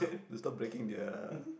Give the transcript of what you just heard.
they stop breaking their